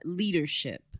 leadership